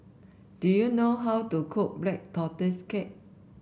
do you know how to cook Black Tortoise Cake